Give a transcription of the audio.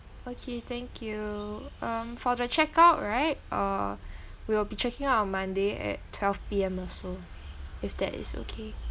okay thank you mm for the checkout right uh we'll be checking out on monday at twelve P_M also if that is okay